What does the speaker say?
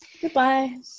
Goodbye